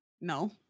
No